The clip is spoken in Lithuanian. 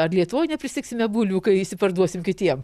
ar lietuvoj nepristigsime bulvių kai išsiparduosim kitiem